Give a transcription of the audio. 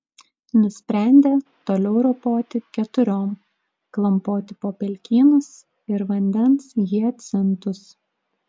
nusprendė toliau ropoti keturiom klampoti po pelkynus ir vandens hiacintus